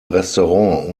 restaurant